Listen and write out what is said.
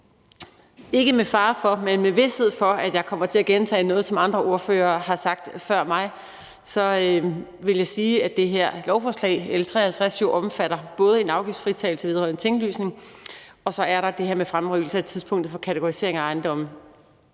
Ikke med fare for, men med vished for, at jeg kommer til at gentage noget, som andre ordførere har sagt før mig, vil jeg sige, at det her lovforslag, L 53, jo både omfatter en afgiftslettelse fritagelse vedrørende tinglysning og det her med fremrykning af tidspunktet for en kategorisering af ejendomme.